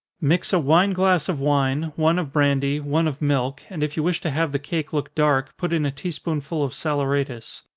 mix a wine glass of wine, one of brandy, one of milk, and if you wish to have the cake look dark, put in a tea-spoonful of saleratus.